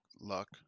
Luck